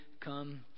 come